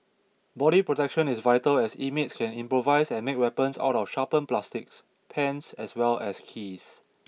body protection is vital as inmates can improvise and make weapons out of sharpened plastics pens as well as keys